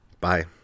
Bye